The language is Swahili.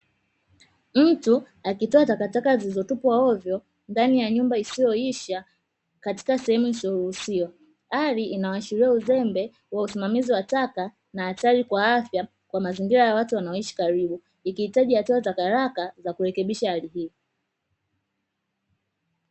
Mtu akitoa takataka zilizotupwa hovyo ndani ya nyumba isiyoisha katika sehemu isiyoruhusiwa, hali inayoashiria uzembe wa usimamizi wa taka na hatari kwa afya kwa mazingira ya watu wanaoishi karibu; ikihitaji hatua za haraka za kurekebisha hali hiyo.